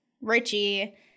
Richie